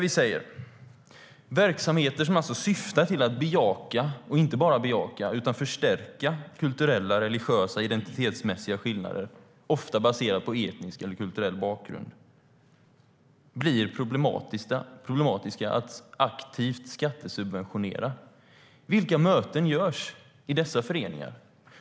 Vi säger att verksamheter som syftar till att bejaka och förstärka kulturella och religiösa identitetsmässiga skillnader, ofta baserade på etnisk eller kulturell bakgrund, blir problematiska att aktivt skattesubventionera. Vilka möten görs i dessa föreningar?